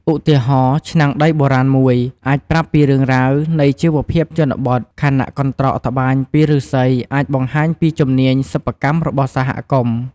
ឧទាហរណ៍ ឆ្នាំងដីបុរាណមួយ អាចប្រាប់ពីរឿងរ៉ាវនៃជីវភាពជនបទ ខណៈកន្ត្រកត្បាញពីឫស្សីអាចបង្ហាញពីជំនាញសិប្បកម្មរបស់សហគមន៍។